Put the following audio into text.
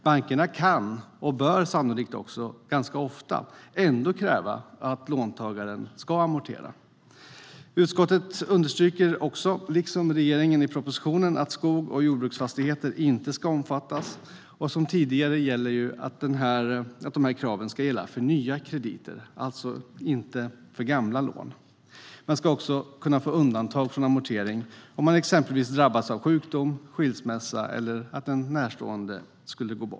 Bankerna kan, och bör sannolikt också ganska ofta, ändå kräva att låntagaren ska amortera. Utskottet understryker också, liksom regeringen i propositionen, att skogs och jordbruksfastigheter inte ska omfattas, och som tidigare gäller att dessa krav ska gälla för nya krediter, alltså inte för gamla lån. Man ska också kunna få undantag från amortering om man exempelvis drabbas av sjukdom eller skilsmässa eller att en närstående går bort.